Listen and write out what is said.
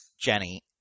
Jenny